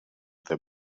their